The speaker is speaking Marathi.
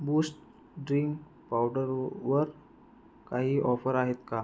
बूश्ट ड्रिंक पावडरवर काही ऑफर आहेत का